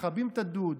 מכבים את הדוד,